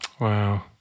Wow